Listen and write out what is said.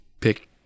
pick